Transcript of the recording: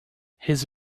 his